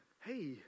hey